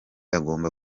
agomba